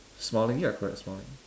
smiling ya correct smiling